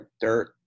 dirt